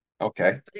Okay